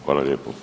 Hvala lijepo.